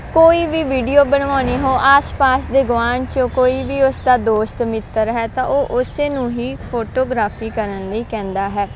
ਕੋਈ ਵੀ ਵੀਡੀਓ ਬਣਵਾਉਣੀ ਹੋ ਆਸ ਪਾਸ ਦੇ ਗੁਆਂਡ ਚੋਂ ਕੋਈ ਵੀ ਉਸਦਾ ਦੋਸਤ ਮਿੱਤਰ ਹੈ ਤਾਂ ਉਹ ਉਸੇ ਨੂੰ ਹੀ ਫੋਟੋਗ੍ਰਾਫੀ ਕਰਨ ਲਈ ਕਹਿੰਦਾ ਹੈ